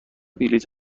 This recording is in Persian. بلیط